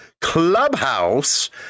clubhouse